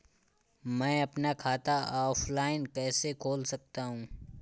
मैं अपना खाता ऑफलाइन कैसे खोल सकता हूँ?